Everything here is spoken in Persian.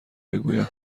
بگویم